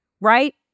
right